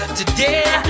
Today